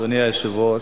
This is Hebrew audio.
אדוני היושב-ראש,